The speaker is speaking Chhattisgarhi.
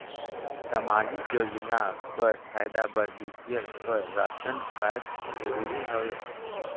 समाजिक योजना कर फायदा बर बी.पी.एल कर राशन कारड जरूरी हवे?